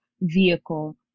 vehicle